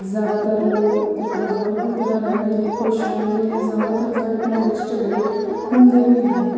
ਜ਼ਿਆਦਾਤਰ ਲੋਕ ਉੱਥੇ ਪਰਿਵਾਰ ਦੀ ਤਰ੍ਹਾਂ ਰਹਿੰਦੇ ਨੇ ਖੁਸ਼ ਰਹਿੰਦੇ ਨੇ ਜ਼ਿਆਦਾਤਰ ਸਾਡੇ ਪਿੰਡ ਵਿੱਚ ਝਗੜੇ ਹੁੰਦੇ ਵੀ ਨਹੀਂ